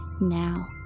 now